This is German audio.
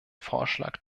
vorschlag